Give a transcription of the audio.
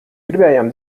gribējām